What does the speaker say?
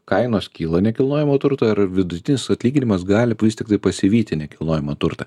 kainos kyla nekilnojamo turto ir vidutinis atlyginimas gali vis tiktai pasivyti nekilnojamą turtą